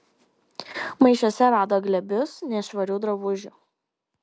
maišuose rado glėbius nešvarių drabužių